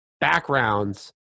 backgrounds